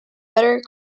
better